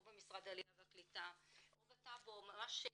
במשרד העלייה והקליטה או בטאבו ממש מחלקה,